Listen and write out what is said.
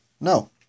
no